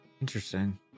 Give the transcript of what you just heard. interesting